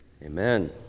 Amen